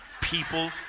people